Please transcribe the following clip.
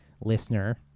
listener